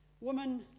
women